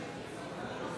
בהצבעה